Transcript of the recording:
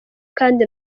kandi